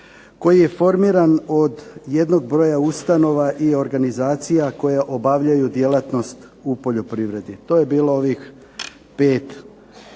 koji je formiran od jednog broja ustanova i organizacija koja obavljaju djelatnost u poljoprivredi, to je bilo ovih 5